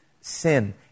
sin